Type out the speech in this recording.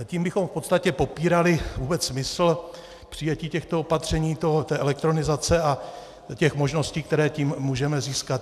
Tím bychom v podstatě popírali vůbec smysl přijetí těchto opatření, té elektronizace a možností, které tím můžeme získat.